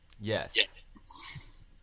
yes